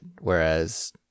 whereas